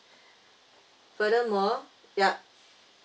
furthermore yup